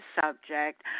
subject